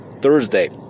thursday